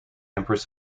empress